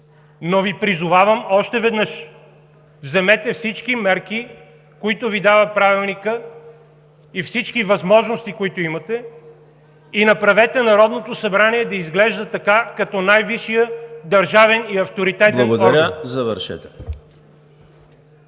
Но Ви призовавам още веднъж: вземете всички мерки, които Ви дава Правилникът, и всички възможности, които имате, и направете Народното събрание да изглежда така – като най-висшия държавен и авторитетен орган. ПРЕДСЕДАТЕЛ